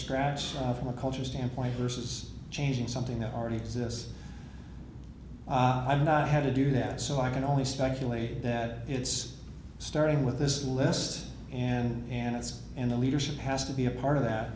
scratch off in a culture standpoint versus changing something that already exists i've not had to do that so i can only speculate that it's starting with this list and and it's and the leadership has to be a part of that